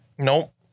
Nope